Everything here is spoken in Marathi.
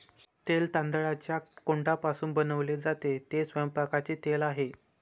तेल तांदळाच्या कोंडापासून बनवले जाते, ते स्वयंपाकाचे तेल आहे